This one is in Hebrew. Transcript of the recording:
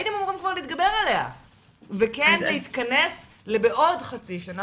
הייתם אמורים כבר להתגבר עליה וכן להתכנס לעוד חצי שנה,